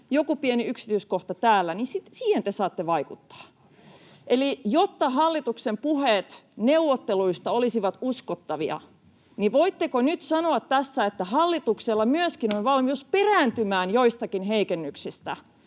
joku pieni yksityiskohta täällä, niihin sitten te saatte vaikuttaa. [Oikealta: Se on demokratiaa!] Eli jotta hallituksen puheet neuvotteluista olisivat uskottavia, voitteko nyt sanoa tässä, että hallituksella myöskin on valmius perääntyä joistakin heikennyksistä